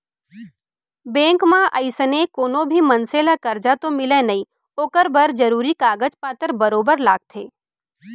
bank म अइसने कोनो भी मनसे ल करजा तो मिलय नई ओकर बर जरूरी कागज पातर बरोबर लागथे